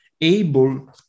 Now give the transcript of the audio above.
able